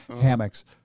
Hammocks